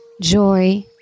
joy